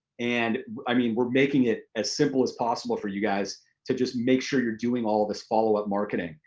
and i mean we're making it as simple as possible for you guys to just make sure you're doing all of this follow-up marketing.